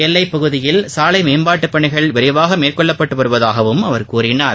எல்லைப்பகுதியில் சாலை மேம்பாட்டுப்பணிகள் விரைவாக மேற்கொள்ளப்பட்டு வருவதாகவும் அவர் கூறினார்